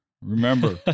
remember